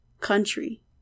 country